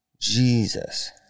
Jesus